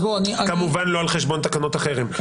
כמובן לא על חשבון תקנות החרם.